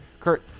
kurt